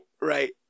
right